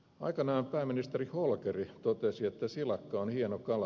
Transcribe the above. aikanaan pääministeri holkeri totesi että silakka on hieno kala